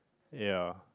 ya